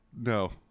No